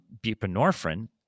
buprenorphine